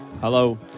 Hello